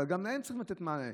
אבל גם להם צריך לתת מענה.